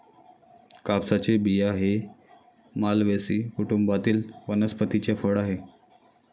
कापसाचे बिया हे मालवेसी कुटुंबातील वनस्पतीचे फळ आहे